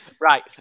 Right